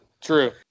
true